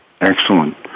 Excellent